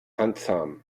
handzahm